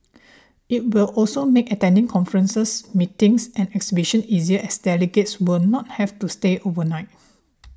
it will also make attending conferences meetings and exhibitions easier as delegates will not have to stay overnight